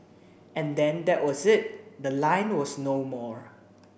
and then that was it the line was no more